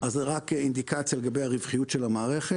אז רק אינדיקציה לגבי הרווחיות של המערכת,